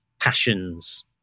passions